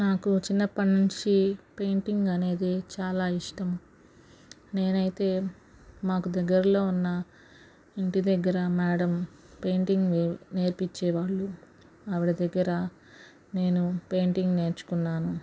నాకు చిన్నప్పటి నుంచి పెయింటింగ్ అనేది చాలా ఇష్టం నేనైతే మాకు దగ్గర్లో ఉన్న ఇంటి దగ్గర మేడం పెయింటింగ్ నేర్పించేవారు ఆవిడ దగ్గర నేను పెయింటింగ్ నేర్చుకున్నాను